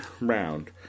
round